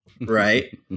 right